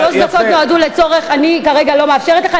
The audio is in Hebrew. שלוש הדקות נועדו לצורך, אני כרגע לא מאפשרת לך.